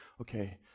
okay